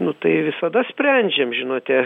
nu tai visada sprendžiam žinote